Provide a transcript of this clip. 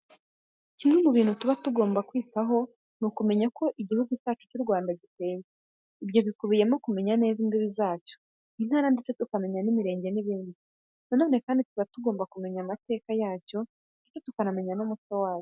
Kimwe mu bintu tuba tugomba kwitaho, ni ukumenya uko Igihugu cyacu cy'u Rwanda giteye. Ibyo bikubiyemo kumenya neza imbibi zacyo, intara ndetse tukamenya imirenge n'ibindi. Na none kandi tuba tugomba kumenya amateka yacyo ndetse tukamenya n'umuco wacyo.